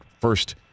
First